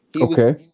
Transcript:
Okay